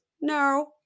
no